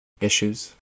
Issues